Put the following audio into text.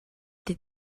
did